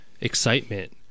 excitement